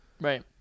Right